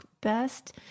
best